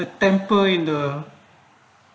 the temple in the